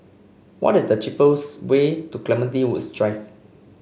what is the cheapest way to Clementi Woods Drive